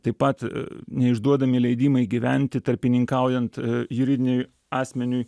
taip pat neišduodami leidimai gyventi tarpininkaujant juridiniui asmeniui